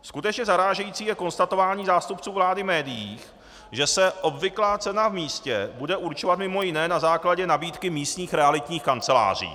Skutečně zarážející je konstatování zástupců vlády v médiích, že se obvyklá cena v místě bude určovat mimo jiné na základě nabídky místních realitních kanceláří.